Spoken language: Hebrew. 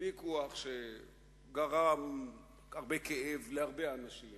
בעיני הכסף הוא לא תמצית